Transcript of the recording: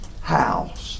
house